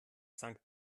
sankt